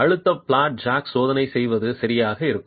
அழுத்த flat jack சோதனை செய்வது சரியாக இருக்கும்